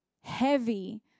heavy